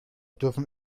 dürfen